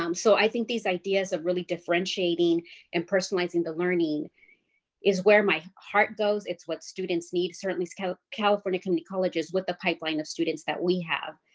um so i think these ideas of really differentiating and personalizing the learning is where my heart goes. it's what students need. certainly kind of california community colleges with the pipeline of students that we have.